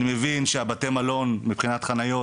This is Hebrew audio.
אני מבין שבתי מלון מבחינת חניות,